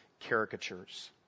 caricatures